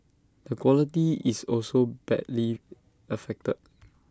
the quality is also badly affected